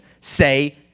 say